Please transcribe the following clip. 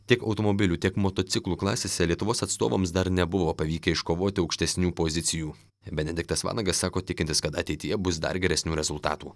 tiek automobilių tiek motociklų klasėse lietuvos atstovams dar nebuvo pavykę iškovoti aukštesnių pozicijų benediktas vanagas sako tikintis kad ateityje bus dar geresnių rezultatų